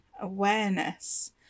awareness